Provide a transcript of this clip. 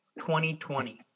2020